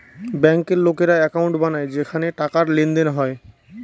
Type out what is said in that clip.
ব্যাঙ্কের লোকেরা একাউন্ট বানায় যেখানে টাকার লেনদেন হয়